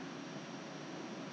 your mum at home